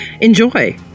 Enjoy